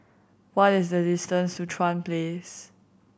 what is the distance to Chuan Place